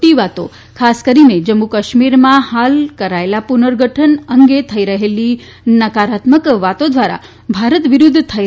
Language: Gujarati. ી વાતો ખાસ કરીને જમ્મુકાશ્મીરમાં હાલ કરાયેલા પુર્નઃગઠન અંગે થઈ રહેલી વાતો દ્વારા ભારત વિરુદ્ધ થઈ